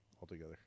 altogether